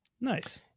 Nice